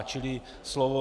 Čili slova